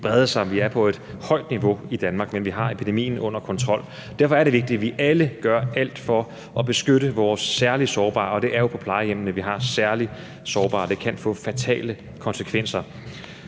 vi er på et højt niveau i Danmark, men vi har epidemien under kontrol. Derfor er det vigtigt, at vi alle gør alt for at beskytte vores særligt sårbare, og det er jo på plejehjemmene, at vi har særligt sårbare, som det kan få fatale konsekvenser